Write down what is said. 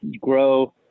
grow